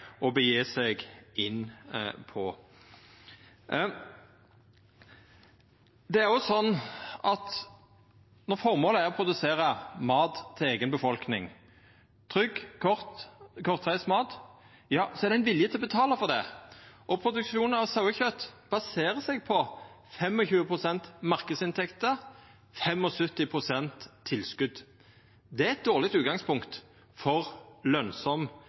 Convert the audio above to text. inn på. Når formålet er å produsera mat til eiga befolkning – trygg, kortreist mat – så er det ein vilje til å betala for det. Produksjon av sauekjøt baserer seg på 25 pst. marknadsinntekter, 75 pst. tilskot. Det er eit dårleg utgangspunkt for lønsam